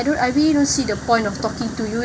I don't I really don't see the point of talking to you